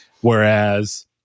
whereas